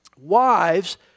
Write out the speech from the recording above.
wives